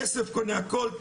כסף קונה הכל,